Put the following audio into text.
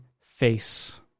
Face